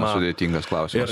sudėtingas klausimas